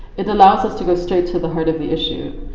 it allows us to go straight to the heart of the issue.